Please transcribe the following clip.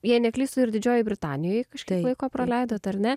jei neklystu ir didžiojoj britanijoj kažkiek laiko praleidot ar ne